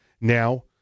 Now